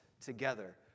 together